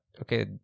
okay